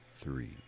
Three